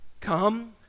Come